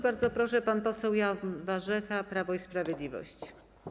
Bardzo proszę, pan poseł Jan Warzecha, Prawo i Sprawiedliwość.